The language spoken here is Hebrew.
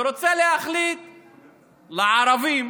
שרוצה להחליט לערבים,